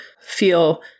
feel